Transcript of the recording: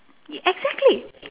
exactly